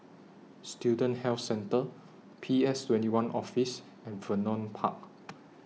Student Health Centre P S twenty one Office and Vernon Park